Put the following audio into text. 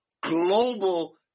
global